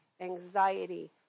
anxiety